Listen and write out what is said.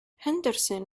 henderson